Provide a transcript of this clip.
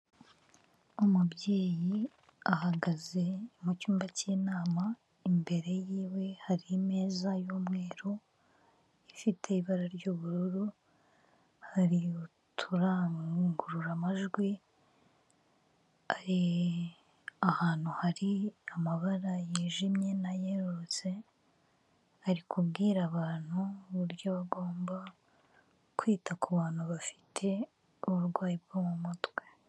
Umubyeyi ahagaze mu cyumba k'inama, imbere yiwe hari imeza y'umweru, ifite ibara ry'ubururu, hari uturangururamajwi, ari ahantu hari amabara yijimye nayerurutse, ari kubwira abantu uburyo bagomba kwita ku bantu bafite uburwayi bwo mu mutwe.